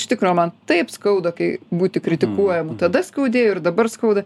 iš tikro man taip skauda kai būti kritikuojamu tada skaudėjo ir dabar skauda